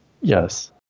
Yes